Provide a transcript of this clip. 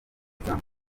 izamu